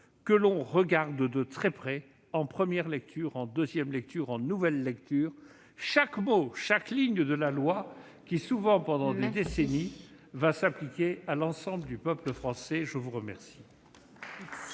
que l'on regarde de très près en première lecture, en deuxième lecture et en nouvelle lecture, chaque mot, chaque ligne de la loi qui, souvent pendant des décennies, s'appliquera à l'ensemble du peuple français. La parole